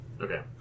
Okay